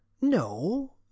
No